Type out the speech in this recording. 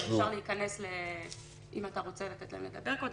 אני אתן להם לדבר,